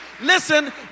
listen